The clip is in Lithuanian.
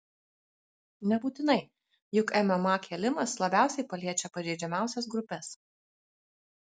nebūtinai juk mma kėlimas labiausiai paliečia pažeidžiamiausias grupes